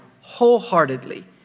wholeheartedly